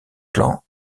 clan